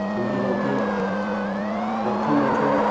ꯊꯝꯕꯤꯔꯗꯤ ꯋꯥꯈꯜ ꯑꯗꯨ